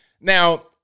now